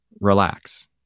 relax